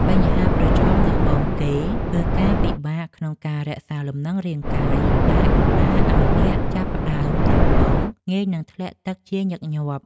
បញ្ហាប្រឈមដំបូងគេ គឺការពិបាកក្នុងការរក្សាលំនឹងរាងកាយ ដែលបណ្ដាលឱ្យអ្នកចាប់ផ្ដើមដំបូងងាយនឹងធ្លាក់ទឹកជាញឹកញាប់។